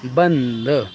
بند